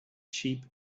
sheep